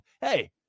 Hey